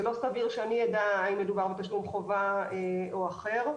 זה לא סביר שאני אדע אם מדובר בתשלום חובה או אחר.